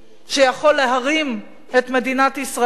שיכול להרים את מדינת ישראל,